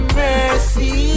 mercy